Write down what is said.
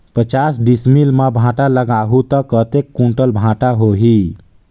पचास डिसमिल मां भांटा लगाहूं ता कतेक कुंटल भांटा होही?